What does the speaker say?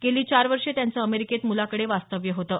गेली चार वर्षे त्यांचं अमेरिकेत मुलाकडे वास्तव्य होतं